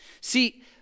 See